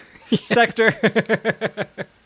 sector